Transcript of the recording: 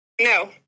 No